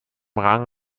rang